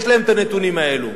יש להם הנתונים האלה,